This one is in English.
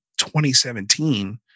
2017